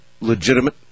legitimate